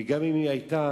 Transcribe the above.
וגם אם היא היתה,